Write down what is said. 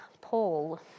Paul